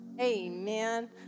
Amen